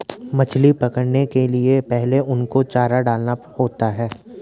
मछली पकड़ने के लिए पहले उनको चारा डालना होता है